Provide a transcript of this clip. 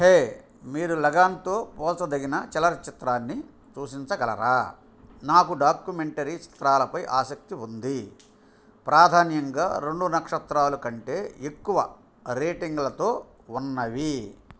హే మీరు లగాన్తో పోల్చదగిన చలనచిత్రాన్ని సూచించగలరా నాకు డాక్యుమెంటరీ చిత్రాలపై ఆసక్తి ఉంది ప్రాధాన్యంగా రెండు నక్షత్రాలు కంటే ఎక్కువ రేటింగ్లతో ఉన్నవి